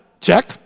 check